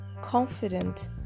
confident